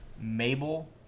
Mabel